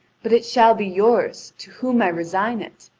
but it shall be yours, to whom i resign it.